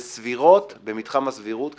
וסבירות, במתחם הסבירות כמובן,